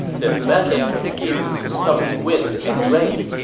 this method can be used to summon wind and rain.